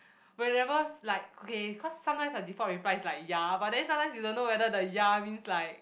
whenever like okay cause sometimes I default reply like ya but then sometimes you don't know whether the ya means like